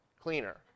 cleaner